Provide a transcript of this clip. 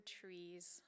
trees